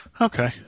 Okay